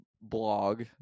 blog